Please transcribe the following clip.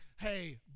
hey